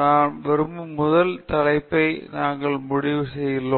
நாங்கள் விரும்பிய முதல் தலைப்பை நாங்கள் முடித்துள்ளோம் என்று உங்களுக்கு காண்பிக்கிறேன்